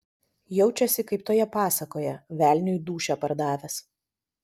jaučiasi kaip toje pasakoje velniui dūšią pardavęs